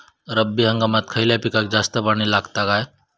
रब्बी हंगामात खयल्या पिकाक जास्त पाणी लागता काय?